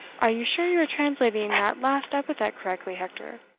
are you sure you are translating that last epithet correctly, hector?